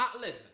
Listen